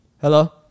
Hello